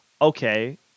okay